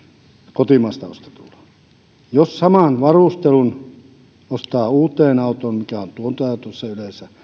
kotimaasta ostetuilla mutta jos saman varustelun ostaa uuteen autoon mikä on tuontiautoissa yleensä